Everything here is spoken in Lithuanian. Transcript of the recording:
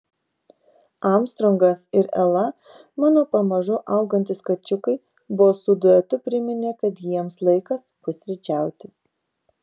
armstrongas ir ela mano pamažu augantys kačiukai bosų duetu priminė kad jiems laikas pusryčiauti